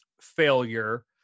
failure